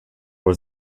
was